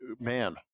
man